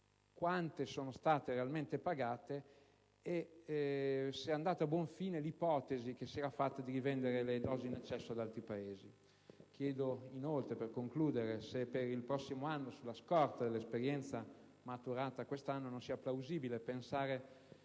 quante sono state le dosi realmente pagate e se è andata a buon fine l'ipotesi, che era stata fatta, di vendere le dosi in eccesso ad altri Paesi. Chiedo inoltre, per concludere, se per il prossimo anno, sulla scorta dell'esperienza maturata quest'anno, non sia plausibile pensare